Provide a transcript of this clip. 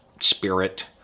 spirit